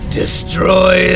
destroy